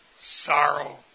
sorrow